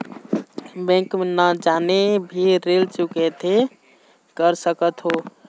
Bank न जाके भी ऋण चुकैती कर सकथों?